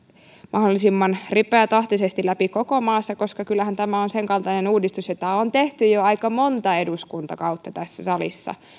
mahdollisimman ripeätahtisesti läpi koko maassa koska kyllähän tämä on sen kaltainen uudistus jota on tehty jo aika monta eduskuntakautta tässä salissa